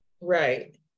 Right